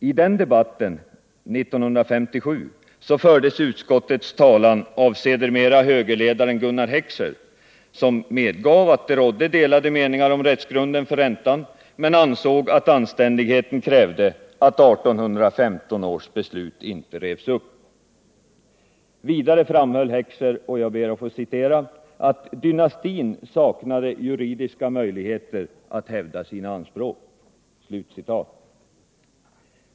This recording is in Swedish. I debatten 1957 fördes utskottets talan av sedermera högerledaren Gunnar Heckscher, som medgav att det rådde delade meningar om rättsgrunden för räntan men ansåg att anständigheten krävde att 1815 års beslut inte revs upp. Vidare framhöll Heckscher att ”dynastin saknade juridiska möjligheter att hävda sina anspråk”.